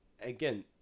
again